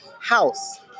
house